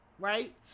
right